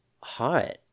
hot